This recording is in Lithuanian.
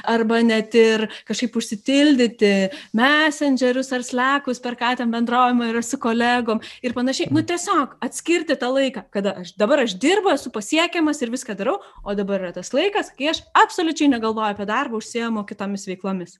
arba net ir kažkaip užsitildyti mesendžerius ar slekus per ką ten bendraujama yra su kolegom ir panašiai nu tiesiog atskirti tą laiką kada aš dabar aš dirbu esu pasiekiamas ir viską darau o dabar yra tas laikas kai aš absoliučiai negalvoju apie darbą užsiimu kitomis veiklomis